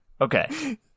Okay